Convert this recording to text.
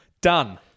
Done